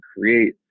create